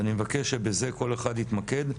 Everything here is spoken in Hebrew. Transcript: אני מבקש שבזה כל אחד יתמקד.